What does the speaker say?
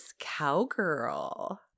cowgirl